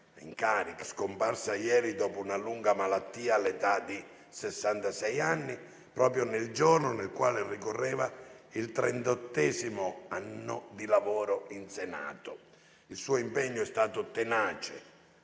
in carica, scomparsa ieri dopo una lunga malattia all'età di sessantasei anni, proprio nel giorno nel quale ricorreva il trentottesimo anno di lavoro in Senato. Il suo impegno è stato tenace,